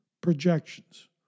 projections